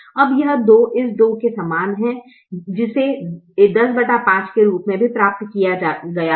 अब यह 2 इस 2 के समान है जिसे 105 के रूप में भी प्राप्त किया गया था